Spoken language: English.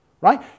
right